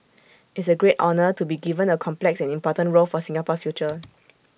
it's A great honour to be given A complex and important role for Singapore's future